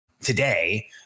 Today